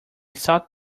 salt